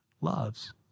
loves